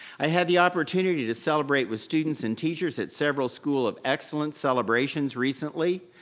i had the opportunity to celebrate with students and teachers at several school of excellence celebrations recently.